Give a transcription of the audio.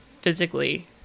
physically